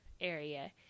area